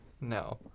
No